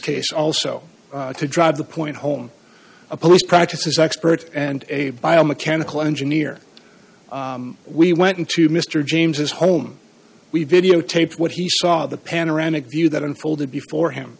case also to drive the point home a police practices expert and a biomechanical engineer we went into mr james's home we videotaped what he saw the panoramic view that unfolded before him